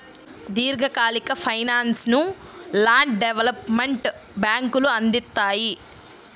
దీర్ఘకాలిక ఫైనాన్స్ను land development బ్యేంకులు అందిత్తాయి